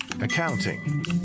accounting